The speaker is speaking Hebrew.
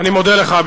אני מודה לך.